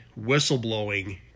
whistleblowing